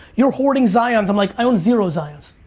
you're hoarding zions. i'm like, i own zero zions.